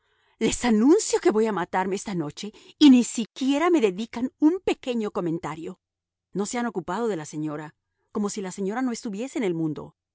les anuncio que voy a matarme esta noche y ni siquiera me dedican un pequeño comentario no se han ocupado de la señora como si la señora no estuviese en el mundo